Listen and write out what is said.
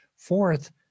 Fourth